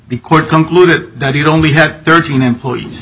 the court concluded that you'd only had thirteen employees